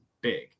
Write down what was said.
big